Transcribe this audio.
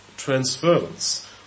transference